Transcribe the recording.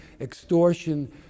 extortion